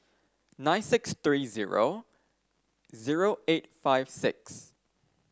nine six three zero zero eight five six